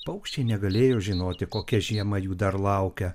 paukščiai negalėjo žinoti kokia žiema jų dar laukia